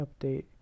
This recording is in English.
update